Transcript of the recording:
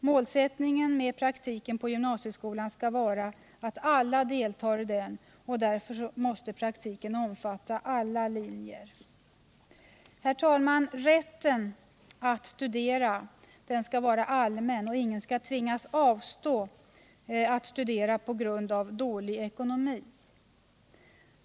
Målsättningen med praktiken på gymnasieskolan skall vara att alla deltar i den, och därför skall praktiken omfatta alla linjer. Herr talman! Rätten att studera skall vara allmän, och ingen skall tvingas avstå från att studera på grund av dålig ekonomi.